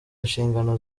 inshingano